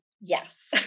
Yes